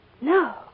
No